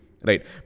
Right